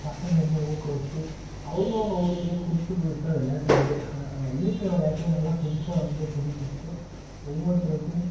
பசங்களை இன்னும் ஊக்குவித்து அவங்கவுங்க ஊர்லேயே புதுசு புதுசாக விளையாட்ட வந்து இருக்கிற விளையாட்டையே நல்லா புதுசாக வந்து புதுப்பித்து ஒவ்வொருத்தருக்கும்